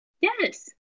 Yes